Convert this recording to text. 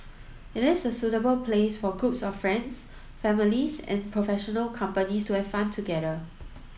it is a suitable place for groups of friends families and professional companies to have fun together